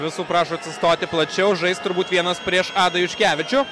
visų prašo atsistoti plačiau žais turbūt vienas prieš adą juškevičių